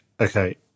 Okay